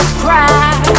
cry